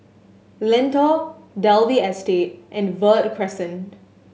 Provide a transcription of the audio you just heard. Lentor Dalvey Estate and Verde Crescent